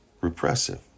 repressive